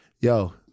yo